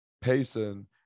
Payson